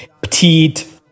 petite